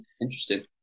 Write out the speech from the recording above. interesting